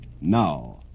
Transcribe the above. now